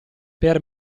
per